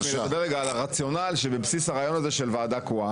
מלדבר על הרציונל שבבסיס הרעיון הזה של ועדה קרואה.